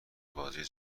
بازیای